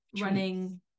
running